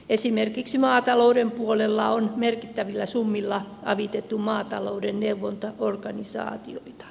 esimerkiksi maatalouden puolella on merkittävillä summilla avitettu maatalouden neuvontaorganisaatioita